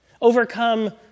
Overcome